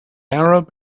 arab